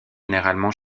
généralement